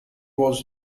was